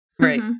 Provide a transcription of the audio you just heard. Right